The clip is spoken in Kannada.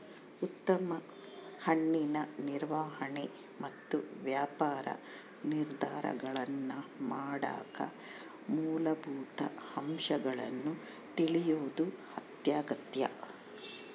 ಉತ್ತಮ ಹಣ್ಣಿನ ನಿರ್ವಹಣೆ ಮತ್ತು ವ್ಯಾಪಾರ ನಿರ್ಧಾರಗಳನ್ನಮಾಡಕ ಮೂಲಭೂತ ಅಂಶಗಳನ್ನು ತಿಳಿಯೋದು ಅತ್ಯಗತ್ಯ